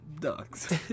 ducks